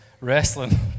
wrestling